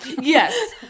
Yes